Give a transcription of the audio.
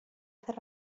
fer